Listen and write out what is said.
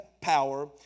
power